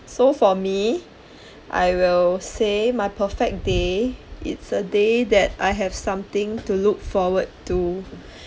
so for me I will say my perfect day is a day that I have something to look forward to